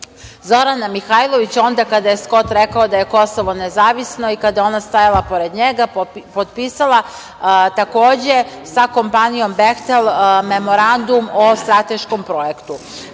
Zorana Mihajlović, onda kada je Skot rekao da je Kosovo nezavisno i kada je stajala pored njega, potpisala, takođe, sa kompanijom „Behtel“ Memorandum o strateškom projektu.„Behtel“